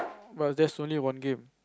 but there's only one game